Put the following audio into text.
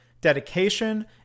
dedication